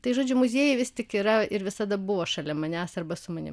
tai žodžiu muziejai vis tik yra ir visada buvo šalia manęs arba su manim